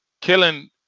killing